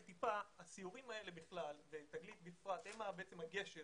הסיורים האלה בכלל, ותגלית בפרט, הם הגשר